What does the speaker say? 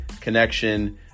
connection